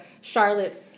Charlotte's